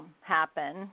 happen